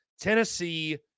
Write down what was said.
Tennessee